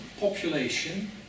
population